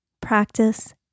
practice